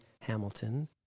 Hamilton